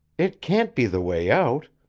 it can't be the way out.